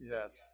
Yes